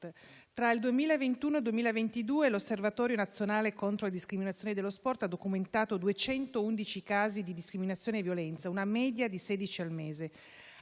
Tra il 2021 ed il 2022 l'Osservatorio nazionale contro le discriminazioni nello sport ha documentato 211 casi di discriminazione e violenza, una media di sedici al mese.